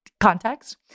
context